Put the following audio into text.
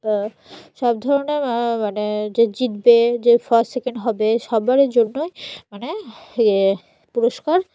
সব ধরনের মানে যে জিতবে যে ফার্স্ট সেকেন্ড হবে সবারের জন্যই মানে ই পুরস্কার থাকে